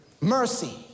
mercy